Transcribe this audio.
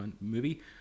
movie